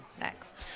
next